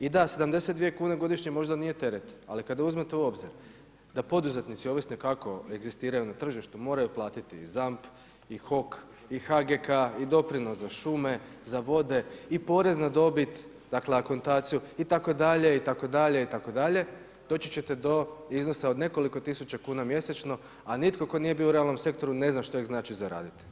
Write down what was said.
I da, 72 kune godišnje možda nije teret, ali kada uzmete u obzir da poduzetnici, ovisno kako egzistiraju na tržištu moraju platiti ZAMP, HOK, HGK, doprinos za šume, za vode i porez na dobit, akontaciju itd., itd., itd., doći ćete do iznosa od nekoliko tisuća kuna mjesečno, a nitko tko nije bio u realnom sektoru ne zna što znači zaraditi.